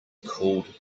called